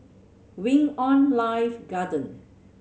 Wing On Life Garden